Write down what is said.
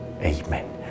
Amen